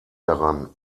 daran